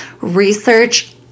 research